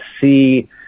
see